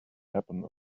happen